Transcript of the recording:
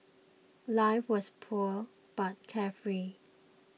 life was poor but carefree